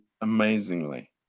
amazingly